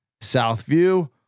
Southview